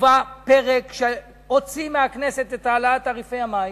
הובא פרק שהוציא מהכנסת את העלאת תעריפי המים,